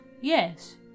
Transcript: Yes